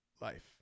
Life